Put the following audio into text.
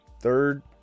third